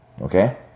okay